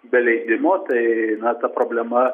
be leidimo tai ta problema